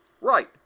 Right